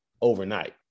overnight